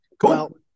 cool